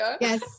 yes